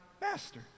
Master